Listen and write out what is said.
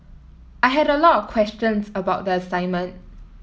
I had a lot of questions about the assignment